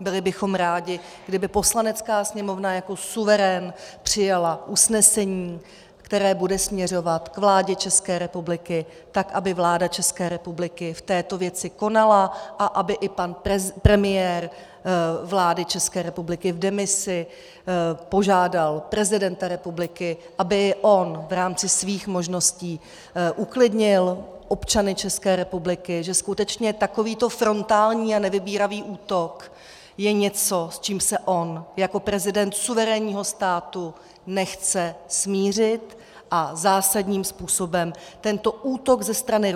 Byli bychom rádi, kdyby Poslanecká sněmovna jako suverén přijala usnesení, které bude směřovat k vládě České republiky tak, aby vláda České republiky v této věci konala a aby i pan premiér vlády České republiky v demisi požádal prezidenta republiky, aby i on v rámci svých možností uklidnil občany České republiky, že skutečně takovýto frontální a nevybíravý útok je něco, s čím se on jako prezident suverénního státu nechce smířit a zásadním způsobem tento útok ze strany